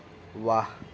ৱাহ